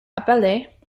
appelés